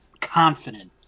confident